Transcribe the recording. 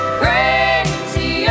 crazy